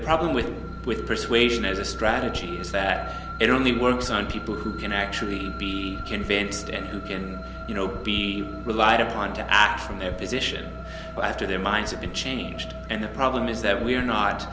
problem with persuasion as a strategy is that it only works on people who can actually be convinced and who can be relied upon to act from their position after their minds have been changed and the problem is that we're not